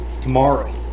tomorrow